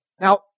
Now